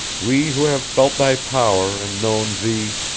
we who have felt thy power, and known thee,